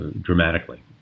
dramatically